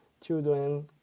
children